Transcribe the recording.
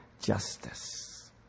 justice